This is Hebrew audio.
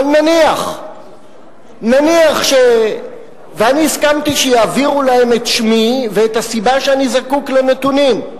אבל נניח ואני הסכמתי שיעבירו להם את שמי ואת הסיבה שאני זקוק לנתונים.